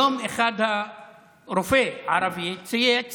היום רופא ערבי צייץ